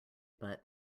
but